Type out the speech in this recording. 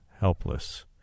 helpless